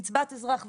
קצבת אזרח ותיק,